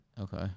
Okay